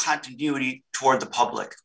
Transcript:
continuity toward the public